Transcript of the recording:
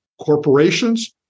Corporations